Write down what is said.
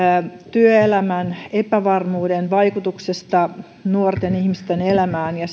työelämän epävarmuuden vaikutuksesta nuorten ihmisten elämään ja